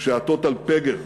שעטות על פגר.